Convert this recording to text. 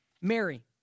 Mary